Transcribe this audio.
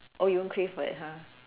oh you won't crave for it ha